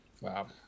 Wow